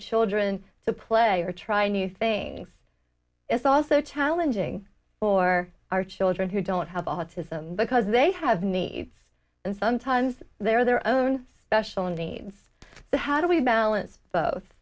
children to play or try new things is also challenging for our children who don't have autism because they have needs and sometimes they are their own special needs so how do we balance both